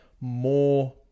more